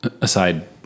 Aside